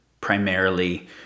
primarily